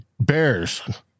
bears